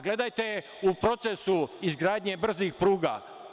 Gledajte u procesu izgradnje brzih pruga.